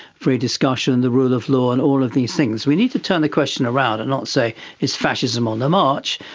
free discussion, the rule of law and all of these things? we need to turn the question around and not say is fascism on the march,